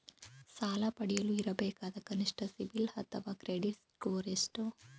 ಸಾಲ ಪಡೆಯಲು ಇರಬೇಕಾದ ಕನಿಷ್ಠ ಸಿಬಿಲ್ ಅಥವಾ ಕ್ರೆಡಿಟ್ ಸ್ಕೋರ್ ಎಷ್ಟು?